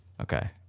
okay